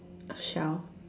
shelf